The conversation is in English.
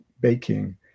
baking